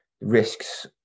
risks